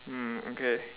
mm okay